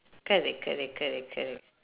correct correct correct correct